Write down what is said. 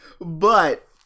but-